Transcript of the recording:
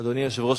אדוני היושב-ראש,